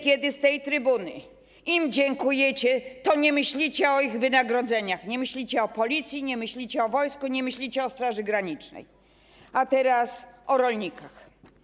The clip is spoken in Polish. Kiedy z tej trybuny im dziękujecie, nie myślicie o ich wynagrodzeniach, nie myślicie o Policji, nie myślicie o wojsku, nie myślicie o Straży Granicznej, a teraz - o rolnikach.